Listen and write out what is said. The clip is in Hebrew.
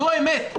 זו האמת.